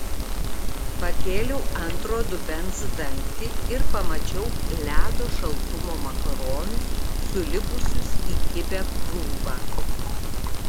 pakėliau antro dubens dangtį ir pamačiau ledo šaltumo makaronus sulipusius į kibią krūvą